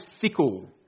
fickle